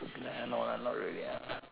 ya I know lah not really ah